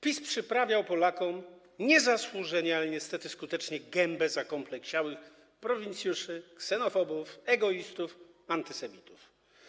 PiS przyprawiał Polakom niezasłużenie, ale niestety skutecznie gębę zakompleksiałych prowincjuszy, ksenofobów, egoistów, antysemitów.